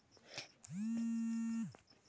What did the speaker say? चिरौंजी एगो सूखल मेवा हई